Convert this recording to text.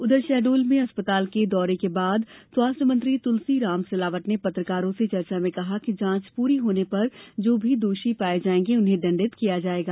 उधर शहडोल में अस्पताल के दौरे के बाद स्वास्थ्य मंत्री तुलसीराम सिलावट ने पत्रकारों से चर्चा में कहा कि जांच पूरी होने पर जो भी दोषी पाए जाएंगे उन्हे दंडित किया जाएगा